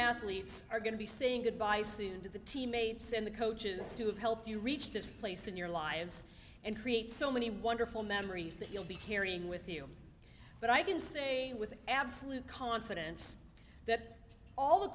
athletes are going to be saying goodbye to the teammates and the coaches who have helped you reach this place in your lives and create so many wonderful memories that you'll be carrying with you but i can say with absolute confidence that all the